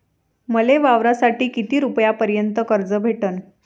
मले वावरासाठी किती रुपयापर्यंत कर्ज भेटन?